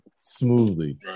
smoothly